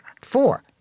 Four